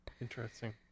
interesting